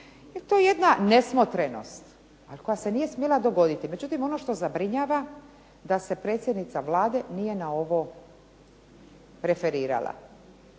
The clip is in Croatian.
to je jedna nesmotrenost, ali koja se nije smjela dogoditi. Međutim, ono što zabrinjava da se predsjednica Vlade nije na ovo referirala.